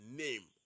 name